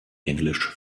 englisch